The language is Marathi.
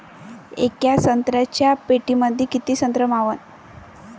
येका संत्र्याच्या पेटीमंदी किती संत्र मावन?